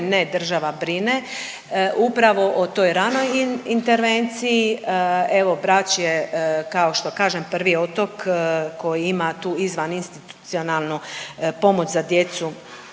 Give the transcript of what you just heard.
ne država brine upravo o toj ranoj intervenciji. Evo Brač kao što kažem prvi otok koji ima tu izvaninstitucionalnu pomoć za djecu